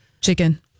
chicken